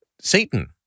Satan